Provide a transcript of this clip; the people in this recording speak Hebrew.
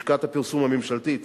לשכת הפרסום הממשלתית,